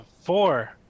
four